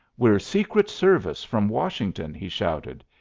we're secret service from washington, he shouted.